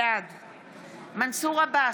בעד מנסור עבאס,